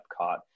Epcot